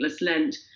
Lent